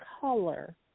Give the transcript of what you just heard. color